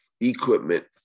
Equipment